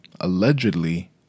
allegedly